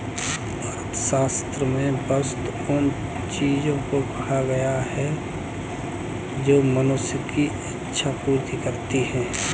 अर्थशास्त्र में वस्तु उन चीजों को कहा गया है जो मनुष्य की इक्षा पूर्ति करती हैं